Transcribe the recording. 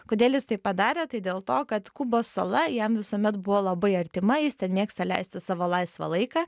kodėl jis tai padarė tai dėl to kad kubos sala jam visuomet buvo labai artima jis ten mėgsta leisti savo laisvą laiką